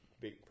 big